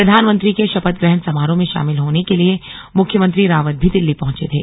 प्रधानमंत्री के शपथ ग्रहण समारोह में शामिल होने के लिए मुख्यमंत्री रावत भी दिल्ली पहुंचे थे